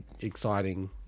exciting